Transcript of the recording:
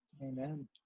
Amen